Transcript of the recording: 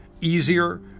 easier